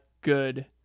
good